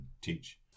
teach